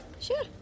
Sure